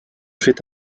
fait